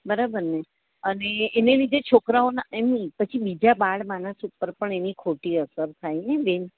બરાબરને અને એને લીધે છોકરાઓના એમની પછી બીજા બાળ માનસ ઉપર પણ એની ખોટી અસર થાયને બેન